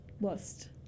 lost